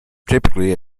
typically